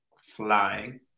flying